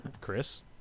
chris